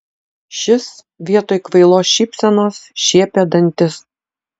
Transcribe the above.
šis vietoj kvailos šypsenos šiepė dantis